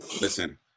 Listen